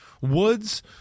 Woods